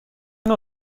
نوع